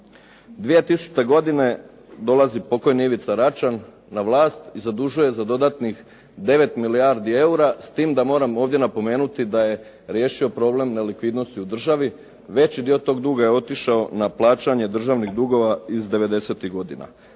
2000. godine dolazi pokojni Ivica Račan na vlast i zadužuje za dodatnih 9 milijardi eura. S tim da moramo ovdje napomenuti da je riješio problem nelikvidnosti u državi. Veći dio toga duga je otišao na plaćanje državnih dugova iz '90.-ih godina.